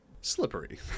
slippery